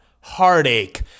heartache